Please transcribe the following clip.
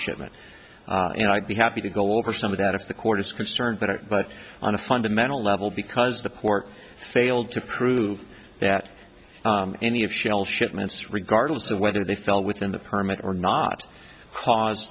shipment and i'd be happy to go over some of that if the court is concerned but it but on a fundamental level because the port failed to prove that any of shell shipments regardless of whether they fell within the permit or not because